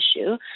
issue